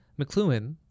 McLuhan